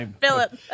Philip